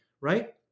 Right